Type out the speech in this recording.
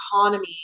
economy